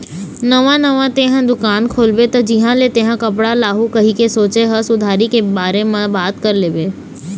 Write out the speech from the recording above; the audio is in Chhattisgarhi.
नवा नवा तेंहा दुकान खोलबे त जिहाँ ले तेंहा कपड़ा लाहू कहिके सोचें हस उधारी के बारे म बात कर लेबे